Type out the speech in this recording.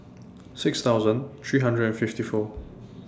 six thousand three hundred and fifty four